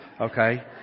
Okay